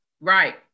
right